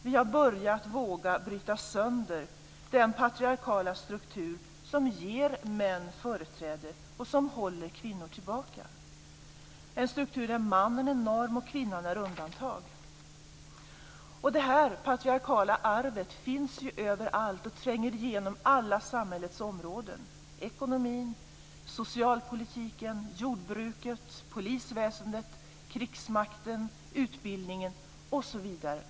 Vi har börjat våga bryta sönder den patriarkaliska struktur som ger män företräde och som håller kvinnor tillbaka. Det är en struktur där mannen är norm och kvinnan är undantag. Det här patriarkaliska arvet finns överallt och tränger igenom alla samhällets områden: ekonomin, socialpolitiken, jordbruket, polisväsendet, krigsmakten, utbildningen osv.